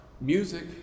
music